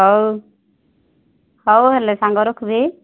ହଉ ହଉ ହେଲେ ସାଙ୍ଗ ରଖୁଛି